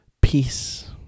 Peace